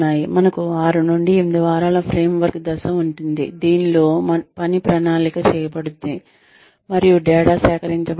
మనకు 6 నుండి 8 వారాల ఫ్రేమ్వర్క్ దశ ఉంటుంది దీనిలో పని ప్రణాళిక చేయబడింది మరియు డేటా సేకరించబడుతుంది